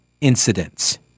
incidents